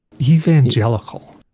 Evangelical